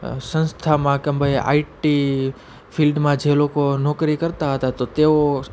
સંસ્થામાં કે ભાઈ આઇટી ફિલ્ડમાં જે લોકો નોકરી કરતાં હતા તો તેઓ